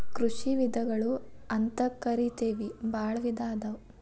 ಕೃಷಿ ವಿಧಗಳು ಅಂತಕರಿತೆವಿ ಬಾಳ ವಿಧಾ ಅದಾವ